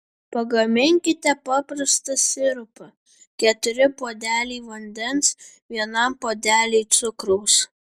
pagaminkite paprastą sirupą keturi puodeliai vandens vienam puodeliui cukraus